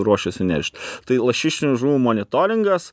ruošiasi neršt tai lašišinių žuvų monitoringas